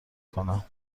کنم